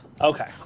Okay